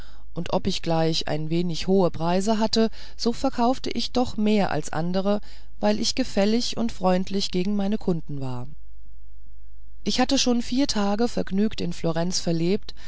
und ob ich gleich ein wenig hohe preise hatte so verkaufte ich doch mehr als andere weil ich gefällig und freundlich gegen meine kunden war ich hatte schon vier tage vergnügt in florenz verlebt